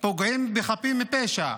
פוגעים בחפים מפשע.